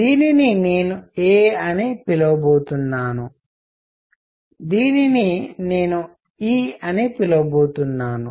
దీనిని నేను a అని పిలవబోతున్నాను దీనిని నేను e అని పిలవబోతున్నాను